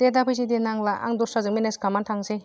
दे दाफैसै दे नांला आं दस्राजों मेनेज खालामना थांनोसै